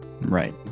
Right